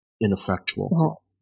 ineffectual